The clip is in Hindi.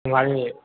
हमारे